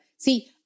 See